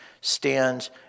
stands